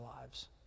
lives